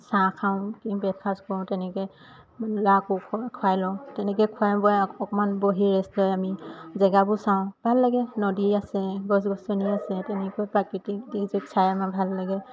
চাহ খাওঁ কি ব্ৰেকফাষ্ট কৰোঁ তেনেকে ল'ৰাকো খুৱাই লওঁ তেনেকে খুৱাই বোৱাই অকমান বহি ৰেষ্ট লৈ আমি জেগাবোৰ চাওঁ ভাল লাগে নদী আছে গছ গছনি আছে তেনেকৈ প্ৰাকৃতিক চাই আমাৰ ভাল লাগে